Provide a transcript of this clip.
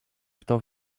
kto